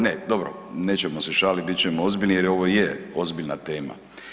Ne, dobro, nećemo se šaliti bit ćemo ozbiljni jer ovo je ozbiljna tema.